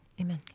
Amen